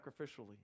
sacrificially